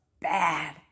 bad